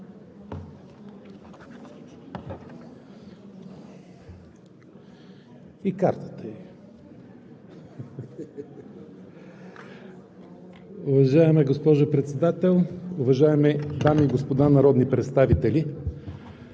(ГЕРБ): Уважаема госпожо Председател, уважаеми дами и господа народни представители!